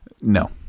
No